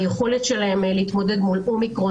היכולת שלהם להתמודד מול אומיקרון,